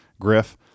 Griff